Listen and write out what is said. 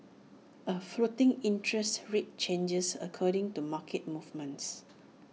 A floating interest rate changes according to market movements